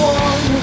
one